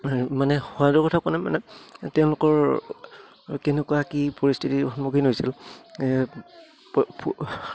মানে সোৱাদৰ কথা কোৱা নাই মানে তেওঁলোকৰ কেনেকুৱা কি পৰিস্থিতিৰ সন্মুখীন হৈছিল